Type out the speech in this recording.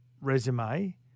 resume